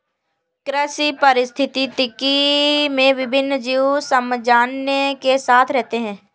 कृषि पारिस्थितिकी में विभिन्न जीव सामंजस्य के साथ रहते हैं